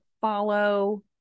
follow